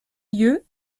lieu